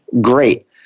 great